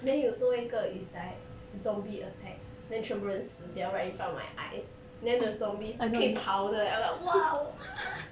then 有多一个 is like zombie attack then 全部人死掉 right in front of my eyes then the zombies 可以跑的 I'm like !wow!